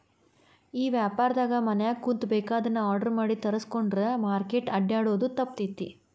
ಈ ವ್ಯಾಪಾರ್ದಾಗ ಮನ್ಯಾಗ ಕುಂತು ಬೆಕಾಗಿದ್ದನ್ನ ಆರ್ಡರ್ ಮಾಡಿ ತರ್ಸ್ಕೊಂಡ್ರ್ ಮಾರ್ಕೆಟ್ ಅಡ್ಡ್ಯಾಡೊದು ತಪ್ತೇತಿ